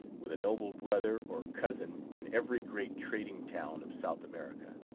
with a noble brother, or cousin, in every great trading town of south america.